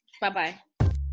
Bye-bye